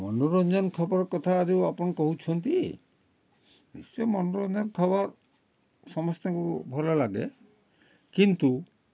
ମନୋରଞ୍ଜନ ଖବର କଥା ଯେଉଁ ଆପଣ କହୁଛନ୍ତି ସେ ମନୋରଞ୍ଜନ ଖବର ସମସ୍ତଙ୍କୁ ଭଲ ଲାଗେ କିନ୍ତୁ